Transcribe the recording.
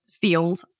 field